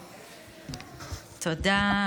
תודה,